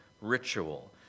ritual